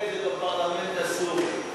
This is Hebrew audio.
זה היה קורה בפרלמנט הסורי?